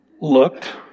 looked